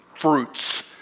fruits